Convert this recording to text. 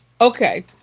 okay